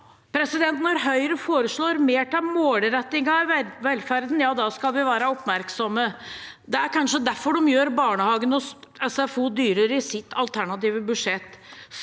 Når Høyre foreslår mer til målretting av velferden, skal vi være oppmerksomme. Det er kanskje derfor de gjør barnehage og SFO dyrere i sitt alternative budsjett.